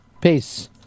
Peace